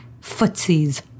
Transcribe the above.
footsies